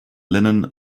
linen